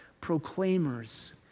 proclaimers